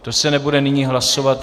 To se nebude nyní hlasovat.